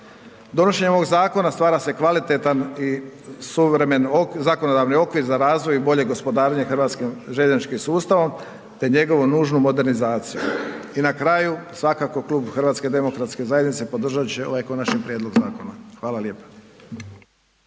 Donošenjem ovog zakona stvara se kvalitetan i suvremen zakonodavni okvir za razvoj i bolje gospodarenje hrvatskim željezničkim sustavom te njegovu nužnu modernizaciju. I na kraju, svakako Klub HDZ-a podržat će ovaj Konačni prijedlog zakona. Hvala lijepa.